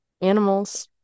Animals